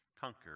conquer